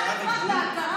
היהדות היא תורת חיים ולא כת.